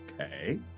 Okay